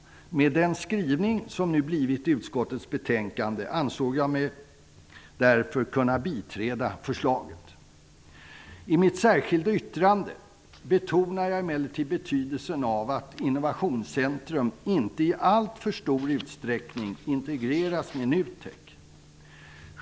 Med tanke på utskottets skrivning ansåg jag mig kunna biträda förslaget. I mitt särskilda yttrande betonar jag emellertid betydelsen av att Innovationscentrum inte i alltför stor utsträckning integreras med NUTEK.